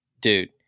dude